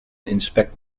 inspect